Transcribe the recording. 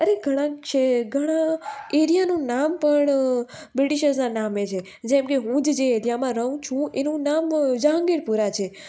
અરે ઘણા ઘણા એરિયાનું નામ પણ બ્રિટીશર્સનાં નામે છે જેમકે હું જ જે એરિયામાં રહું છું એનું નામ જહાંગીરપુરા છે